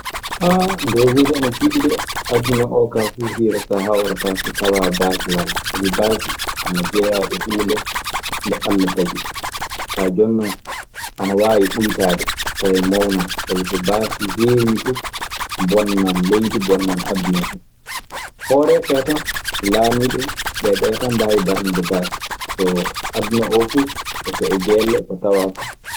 ndee huunde ana tiiɗi dee. Aduna oo kaa fuu hiirataa, hawrataa so tawaa baasi walaa. Sabi baasi ana jeyaa e huunde nde Alla tagi Kaa jooni non ana waawi ɓuytaade, tawee mawnaa sabi so baasi heewii fuf, bonnan leydi, bonnan aduna fu. Hooreeɓe ɓee tan, laamiiɓe ɓee, ɓee tan mbaawi darnude baasi. Soo aduna oo fuu, e so e geelle, to tawaa fu.